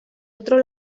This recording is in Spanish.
otro